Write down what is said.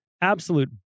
absolute